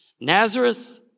Nazareth